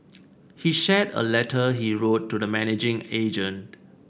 he shared a letter he wrote to the managing agent